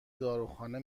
داروخانه